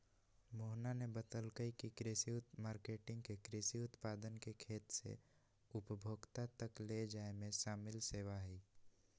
मोहना ने बतल कई की कृषि मार्केटिंग में कृषि उत्पाद के खेत से उपभोक्ता तक ले जाये में शामिल सेवा हई